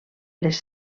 les